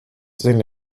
sind